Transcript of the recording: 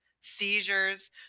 seizures